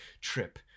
trip